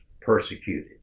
persecuted